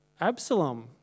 Absalom